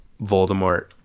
Voldemort